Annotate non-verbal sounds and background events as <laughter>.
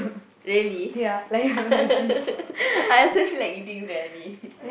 really <laughs> I also feel like eating briyani